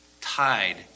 tied